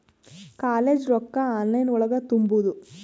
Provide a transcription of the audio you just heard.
College ರೊಕ್ಕ online ಒಳಗ ತುಂಬುದು?